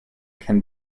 can